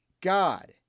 God